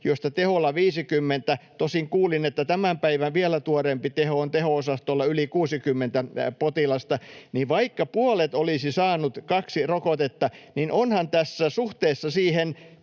joista teholla on 50 — tosin kuulin, että tämän päivän vielä tuoreempi tieto on, että teho-osastolla olisi yli 60 potilasta — olisi saanut kaksi rokotetta, niin onhan tässä suhteessa siihen